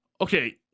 Okay